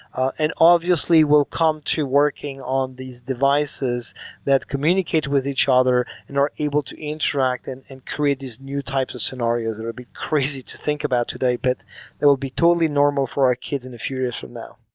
and obviously, we'll come to working on these devices that communicate with each other and are able to interact and and create these new types of scenarios that will be crazy to think about today, but it will be totally normal for our kids in a few years from now.